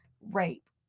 rape